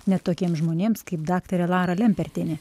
net tokiems žmonėms kaip daktarė lara lempertienė